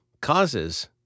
causes